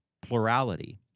plurality